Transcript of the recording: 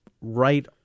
right